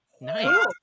Nice